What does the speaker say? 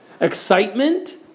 excitement